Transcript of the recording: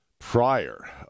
Prior